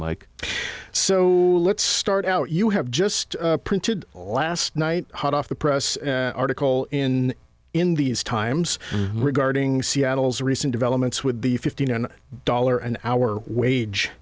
mike so let's start out you have just printed last night hot off the press article in in these times regarding seattle's recent developments with the fifty nine dollar an hour wage